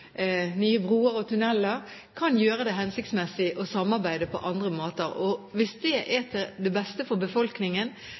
nye broer og tunneler kan gjøre det hensiktsmessig å samarbeide på andre måter. Hvis det er